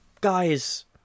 guys